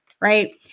Right